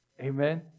Amen